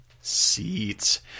Seats